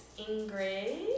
Ingrid